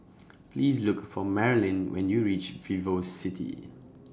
Please Look For Maralyn when YOU REACH Vivocity